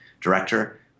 director